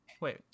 Wait